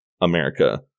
America